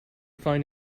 find